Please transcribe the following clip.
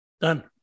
Done